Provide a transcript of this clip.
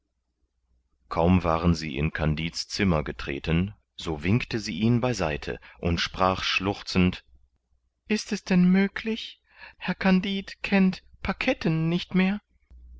kaum waren sie in kandid's zimmer getreten so winkte sie ihn bei seite und sprach schluchzend ist es denn möglich herr kandid kennt paketten nicht mehr